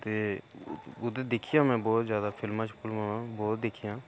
ते उ'त्थें दिक्खियां में बहोत जादै फिल्मां बहोत दिक्खियां